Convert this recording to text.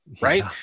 right